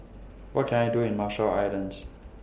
What Can I Do in Marshall Islands